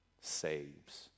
saves